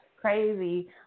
crazy